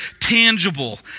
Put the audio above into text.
tangible